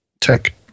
tech